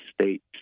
state